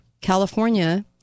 California